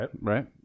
Right